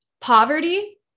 poverty